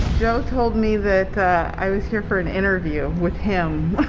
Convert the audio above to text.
joe told me that i was here for an interview with him